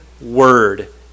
word